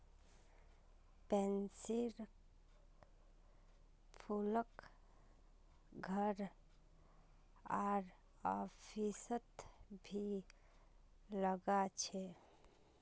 पैन्सीर फूलक घर आर ऑफिसत भी लगा छे